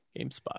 GameSpot